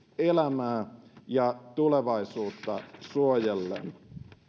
elämää ja tulevaisuutta suojellen